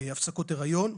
הפסקות הריון,